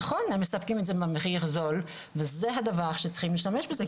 נכון הם מספקים את זה במחיר זול וזה הדבר שצריכים להשתמש בזה,